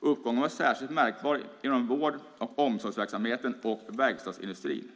Uppgången var särskilt märkbar inom vård och omsorgsverksamheten och verkstadsindustrin.